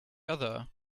other